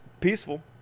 peaceful